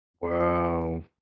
Wow